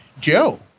Joe